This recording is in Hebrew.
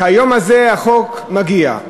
כיום הזה, החוק מגיע.